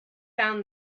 found